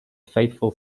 faithful